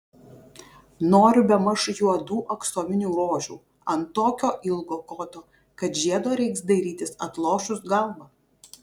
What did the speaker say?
noriu bemaž juodų aksominių rožių ant tokio ilgo koto kad žiedo reiks dairytis atlošus galvą